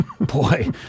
boy